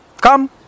come